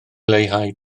leihau